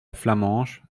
flamenche